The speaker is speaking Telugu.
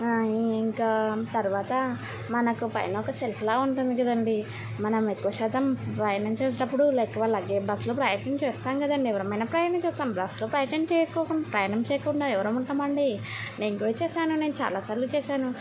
ఇంకా తర్వాత మనకు పైన ఒక సెల్ఫ్లా ఉంటుంది కదండీ మనం ఎక్కువ శాతం ప్రయాణం చేసేటప్పుడు ఎక్కువ లైక్ బస్సులో ప్రయత్నం చేస్తాం కదండి ఎవరమైనా ప్రయాణం చేస్తాం బస్లో ప్రయాణం ప్రయాణం చేయకుండా ఎవరముంటామండీ నేను కూడా చేశాను నేను చాలా సార్లు చేశాను